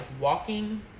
walking